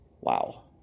Wow